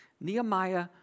Nehemiah